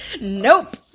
Nope